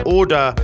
order